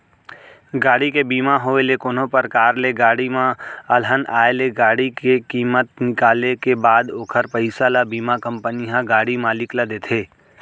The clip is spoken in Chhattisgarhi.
गाड़ी के बीमा होय ले कोनो परकार ले गाड़ी म अलहन आय ले गाड़ी के कीमत निकाले के बाद ओखर पइसा ल बीमा कंपनी ह गाड़ी मालिक ल देथे